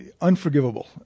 unforgivable